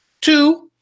Two